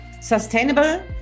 sustainable